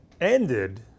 ended